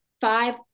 five